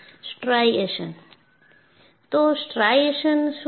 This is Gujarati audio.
સ્ટ્રાઇએશન તો સ્ટ્રાઇશન્સ શું છે